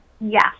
Yes